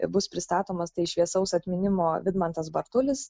bus pristatomas tai šviesaus atminimo vidmantas bartulis